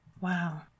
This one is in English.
Wow